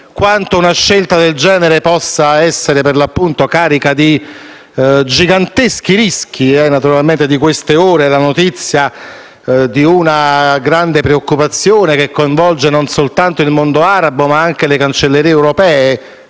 quanto una scelta del genere possa essere carica di giganteschi rischi. È di queste ore la notizia di una grande preoccupazione che coinvolge non soltanto il mondo arabo, ma anche le cancellerie europee,